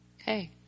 Okay